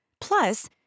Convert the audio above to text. Plus